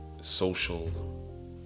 social